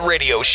Radio